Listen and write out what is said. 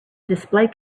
display